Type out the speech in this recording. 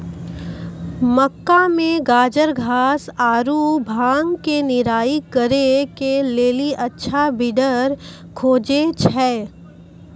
मक्का मे गाजरघास आरु भांग के निराई करे के लेली अच्छा वीडर खोजे छैय?